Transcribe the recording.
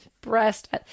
breast